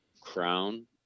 crown